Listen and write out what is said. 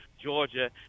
Georgia